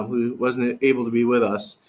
who wasn't ah able to be with us.